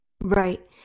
Right